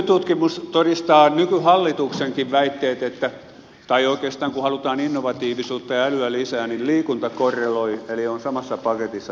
nykytutkimus todistaa sen että kun halutaan innovatiivisuutta ja älyä lisää niin liikunta korreloi eli on samassa paketissa tämän kanssa